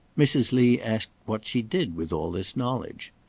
mrs. lee asked what she did with all this knowledge.